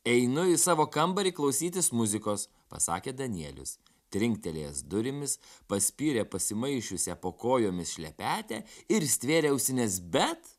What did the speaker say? einu į savo kambarį klausytis muzikos pasakė danielius trinktelėjęs durimis paspyrė pasimaišiusią po kojomis šlepetę ir stvėrė ausines bet